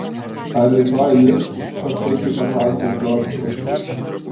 ar rytoj lis pašaipiai paklausė džordžas